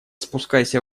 спускайся